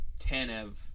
Tanev